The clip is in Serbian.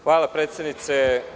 Hvala predsednice.